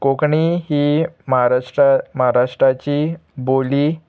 कोंकणी ही महाराष्ट्रा महाराष्ट्राची बोली